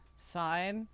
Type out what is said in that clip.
side